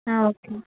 ஆ okay